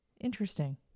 Interesting